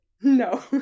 No